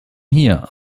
here